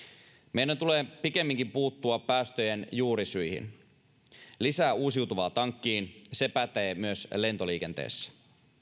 meidän tulee pikemminkin puuttua päästöjen juurisyihin lisää uusiutuvaa tankkiin se pätee myös lentoliikenteessä